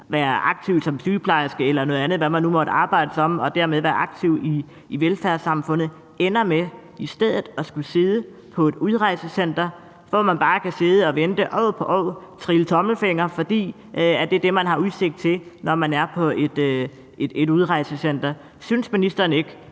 være aktive som sygeplejersker eller noget andet, hvad man nu måtte arbejde som, og dermed være aktiv i velfærdssamfundet, ender med at komme til at sidde på et udrejsecenter, hvor man bare kan sidde og vente år for år og trille tommelfingre, for det er det, man har udsigt til, når man er på et udrejsecenter. Synes ministeren ikke,